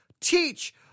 teach